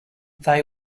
they